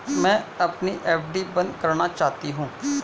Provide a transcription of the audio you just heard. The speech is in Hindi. मैं अपनी एफ.डी बंद करना चाहती हूँ